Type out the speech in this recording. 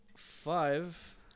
Five